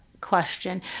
question